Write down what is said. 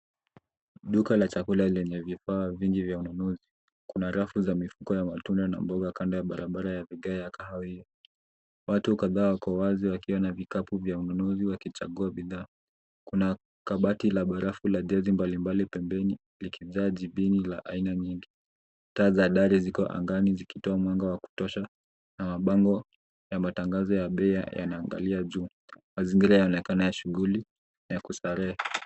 Duka la chakula lenye vifaa vingi vya ununuzi. Kuna rafu za mifuko ya matunda na mboga kando ya barabara ya vigae ya kahawia. Watu kadhaa wako wazi wakiwa na vikapu vya ununuzi wakichagua bidhaa, kuna kabati la barafu la jezi mbalimbali pembeni liki jaa jibini la aina nyingi. Taa za dari ziko angani zikitoa mwanga wa kutosha na mabango ya matangazo ya bei yana angalia juu. Mazingira yanaonekana ya shughuli yaku starehe.